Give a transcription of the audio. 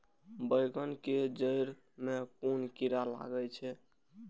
बेंगन के जेड़ में कुन कीरा लागे छै?